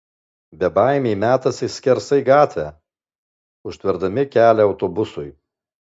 bebaimiai metasi skersai gatvę užtverdami kelią autobusui